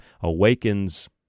awakens